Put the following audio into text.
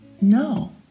no